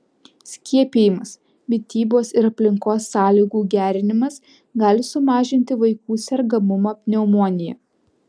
skiepijimas mitybos ir aplinkos sąlygų gerinimas gali sumažinti vaikų sergamumą pneumonija